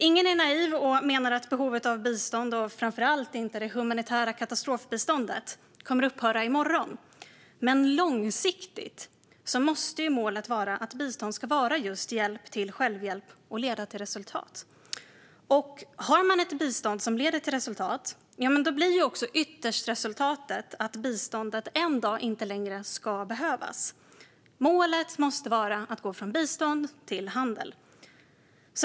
Ingen är naiv och menar att behovet av bistånd, framför allt inte behovet av det humanitära katastrofbiståndet, kommer att upphöra i morgon. Men långsiktigt måste målet vara att bistånd ska vara just hjälp till självhjälp och leda till resultat. Har man ett bistånd som leder till resultat blir resultatet ytterst att biståndet en dag inte längre behövs. Målet måste vara att gå från bistånd till handel.